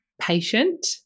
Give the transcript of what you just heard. patient